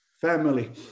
family